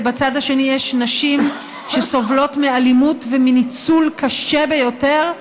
ובצד השני יש נשים שסובלות מאלימות ומניצול קשה ביותר,